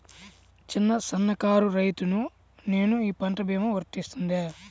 చిన్న సన్న కారు రైతును నేను ఈ పంట భీమా వర్తిస్తుంది?